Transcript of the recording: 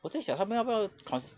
我在想他们要不要 cause